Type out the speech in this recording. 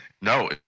No